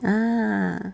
ah